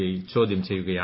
I ചോദ്യം ചെയ്യുകയാണ്